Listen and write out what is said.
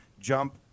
jump